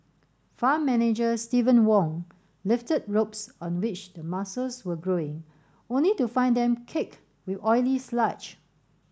farm manager Steven Wong lifted ropes on which the mussels were growing only to find them caked with oily sludge